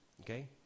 Okay